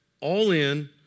all-in